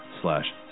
slash